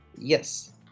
Yes